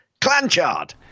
clanchard